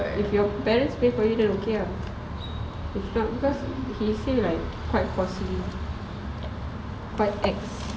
if your parents pay for you then okay ah if not because he say like quite quite ex